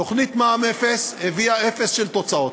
תוכנית מע"מ אפס הביאה אפס של תוצאות,